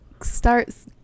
starts